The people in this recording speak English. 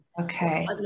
Okay